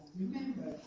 remember